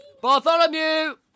Bartholomew